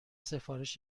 سفارش